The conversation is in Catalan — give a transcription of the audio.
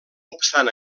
obstant